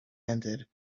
ended